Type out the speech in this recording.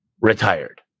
retired